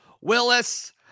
Willis